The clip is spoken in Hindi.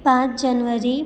पाँच जनवरी